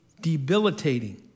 debilitating